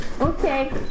okay